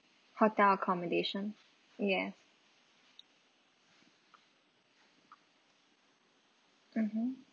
hotel accommodation yes mmhmm